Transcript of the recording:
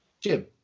Jim